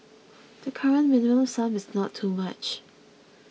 the current Minimum Sum is not too much